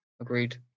Agreed